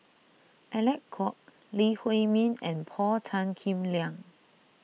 Alec Kuok Lee Huei Min and Paul Tan Kim Liang